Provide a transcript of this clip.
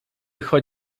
choć